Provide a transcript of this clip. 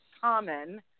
common